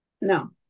No